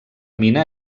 mina